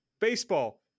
baseball